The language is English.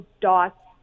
dots